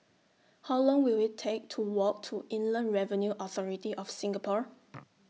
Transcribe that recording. How Long Will IT Take to Walk to Inland Revenue Authority of Singapore